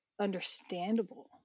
understandable